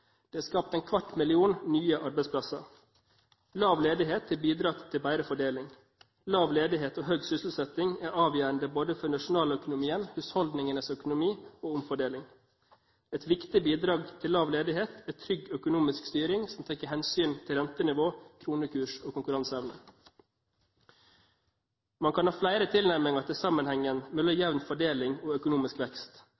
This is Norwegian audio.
Det er skapt en kvart million nye arbeidsplasser. Lav ledighet har bidratt til bedre fordeling. Lav ledighet og høy sysselsetting er avgjørende både for nasjonaløkonomien, husholdningenes økonomi og omfordeling. Et viktig bidrag til lav ledighet er trygg økonomisk styring som tar hensyn til rentenivå, kronekurs og konkurranseevne. Man kan ha flere tilnærminger til sammenhengen mellom